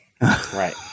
Right